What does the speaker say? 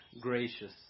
gracious